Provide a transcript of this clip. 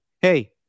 Hey